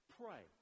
pray